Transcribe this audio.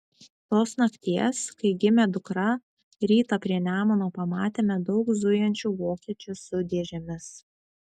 tos nakties kai gimė dukra rytą prie nemuno pamatėme daug zujančių vokiečių su dėžėmis